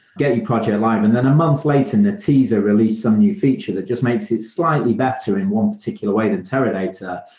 get your project alive. and then a month later, netezza released some new feature that just made it slightly better in one particular way than teradata.